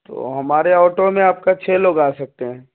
تو ہمارے آٹو میں آپ کا چھ لوگ آ سکتے ہیں